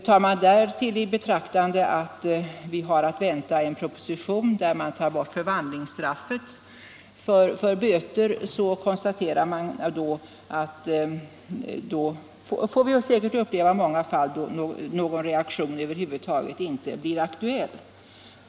Tar man därtill i beaktande att vi har att vänta en proposition med förslag om att ta bort förvandlingsstraffet för böter kan vi konstatera att vi säkert får uppleva många fall där någon reaktion över huvud taget inte blir aktuell.